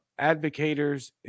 Advocators